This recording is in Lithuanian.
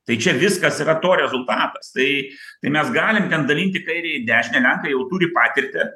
tai čia viskas yra to rezultatas tai tai mes galim ten dalint į kairę į dešinę lenkai jau turi patirtį